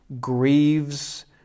grieves